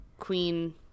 queen